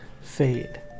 fade